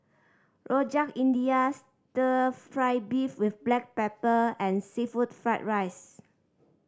Rojak India Stir Fry beef with black pepper and seafood fried rice